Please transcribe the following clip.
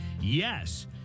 yes